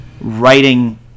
writing